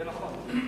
זה נכון.